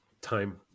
time